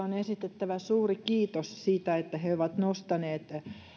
on esitettävä suuri kiitos siitä että he ovat nostaneet